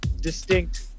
distinct